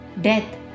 Death